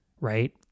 right